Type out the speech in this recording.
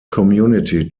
community